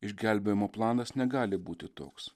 išgelbėjimo planas negali būti toks